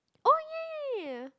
oh ya ya ya ya